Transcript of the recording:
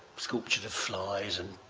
sculpture flies and